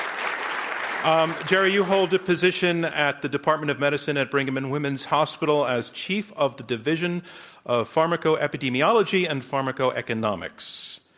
um jerry, you hold the position at the department of medicine at brigham and women's hospital as chief of the division of pharmacoepidemiology and pharmacoeconomics.